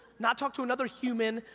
not talk to another human,